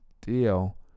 deal